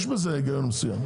יש בזה היגיון מסוים.